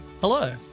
Hello